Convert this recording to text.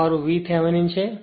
આ મારું VThevenin છે